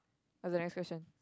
what's the next question